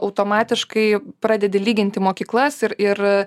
automatiškai pradedi lyginti mokyklas ir ir